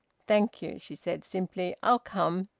thank you, she said simply. i'll come.